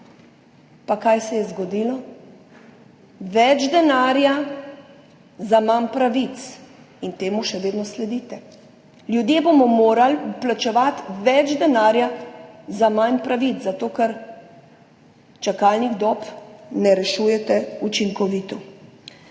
In kaj se je zgodilo? Več denarja za manj pravic. In temu še vedno sledite. Ljudje bomo morali plačevati več denarja za manj pravic, zato ker čakalnih dob ne rešujete učinkovito.